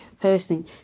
person